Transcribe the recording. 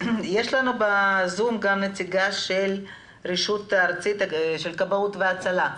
יש לנו בזום גם נציגה של הרשות הארצית לכבאות והצלה,